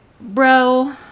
bro